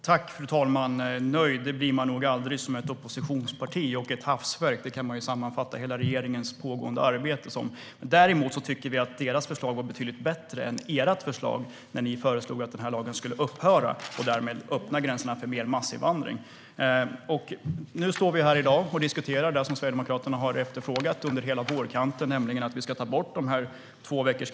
Fru talman! Nöjd blir man nog aldrig som oppositionsparti. "Hafsverk" kan man säga om regeringens hela arbete. Borttagande av karens-tid för särskilda åtgär-der vid allvarlig fara för den allmänna ord-ningen eller den inre säkerheten i landet Vi tycker dock att regeringens förslag var betydligt bättre än ert förslag från Moderaterna, när ni föreslog att lagen skulle upphöra och vi därmed skulle öppna gränserna för mer massinvandring. I dag diskuterar vi det som Sverigedemokraterna har efterfrågat under hela våren, nämligen att vi ska ta bort karenstiden på två veckor.